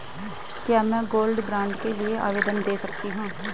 क्या मैं gold bond के लिए आवेदन दे सकती हूँ?